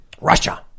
Russia